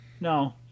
No